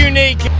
Unique